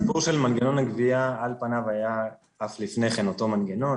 הסיפור של מנגנון הגבייה על פניו היה אף לפני כן אותו מנגנון.